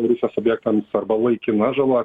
rusijos objektams arba laikina žala